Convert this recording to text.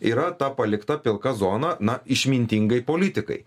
yra ta palikta pilka zona na išmintingai politikai